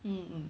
mm mm